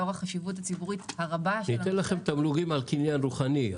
לאור החשיבות הציבורית הרבה- -- זה ייתן לכם תמלוגים על קניין רוחני.